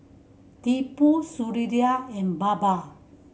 Tipu Sunderlal and Baba